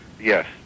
Yes